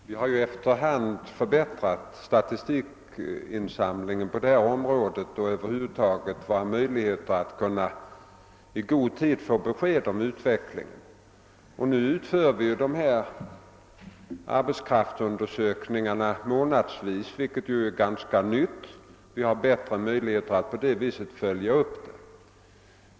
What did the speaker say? Herr talman! Vi har efter hand förbättrat statistikinsamlingen på detta område liksom över huvud taget våra möjligheter att i god tid få besked om utvecklingen. Arbetskraftsundersökningarna utföres dessutom numera månadsvis, vilket är en relativt färsk nyhet. Vi har på detta sätt fått bättre möjligheter att följa upp läget.